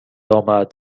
آمد